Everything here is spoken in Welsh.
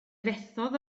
fethodd